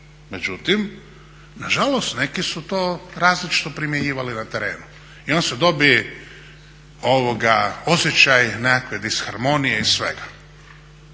Međutim, nažalost neki su to različito primjenjivali na terenu. I onda se dobije osjećaj nekakve disharmonije i svega.